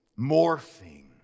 Morphing